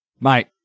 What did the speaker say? mate